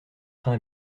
train